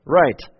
right